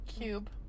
cube